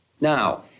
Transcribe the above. Now